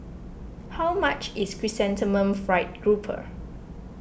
how much is Chrysanthemum Fried Grouper